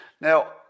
Now